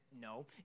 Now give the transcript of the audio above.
No